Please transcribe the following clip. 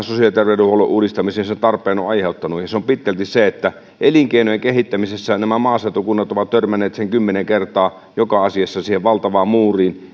sosiaali ja terveydenhuollon uudistamiselle sen tarpeen aiheuttanut on pitkälti se että elinkeinojen kehittämisessä nämä maaseutukunnat ovat törmänneet sen kymmenen kertaa joka asiassa siihen valtavaan muuriin